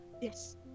Yes